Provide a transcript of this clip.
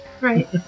right